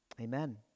Amen